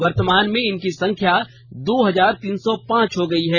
वर्तमान में इनकी संख्या दो हजार तीन सौ पांच हो गई है